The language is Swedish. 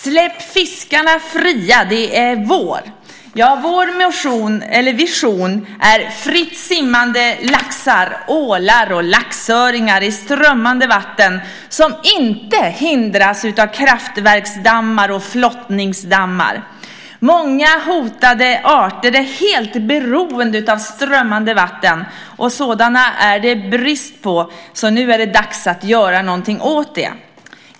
Släpp fiskarna fria - det är vår! Vår vision är fritt simmande laxar, ålar och laxöringar i strömmande vatten, som inte hindras av kraftverksdammar och flottningsdammar. Många hotade arter är helt beroende av strömmande vatten. Sådana är det brist på, så nu är det dags att göra något åt detta.